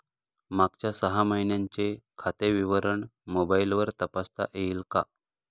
मागच्या सहा महिन्यांचे खाते विवरण मोबाइलवर तपासता येईल का?